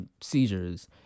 seizures